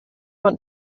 want